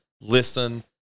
listen